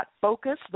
FOCUS